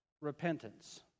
repentance